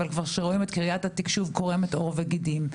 כשרואים את קריית התקשוב קורמת עור וגידים,